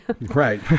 Right